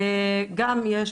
גם יש,